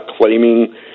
claiming